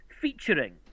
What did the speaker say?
featuring